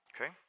okay